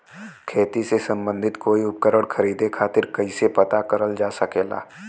खेती से सम्बन्धित कोई उपकरण खरीदे खातीर कइसे पता करल जा सकेला?